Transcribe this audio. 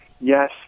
yes